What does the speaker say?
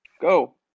go